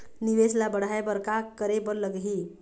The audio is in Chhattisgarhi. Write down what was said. निवेश ला बढ़ाय बर का करे बर लगही?